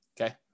Okay